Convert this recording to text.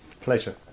pleasure